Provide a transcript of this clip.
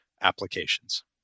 applications